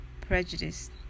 prejudice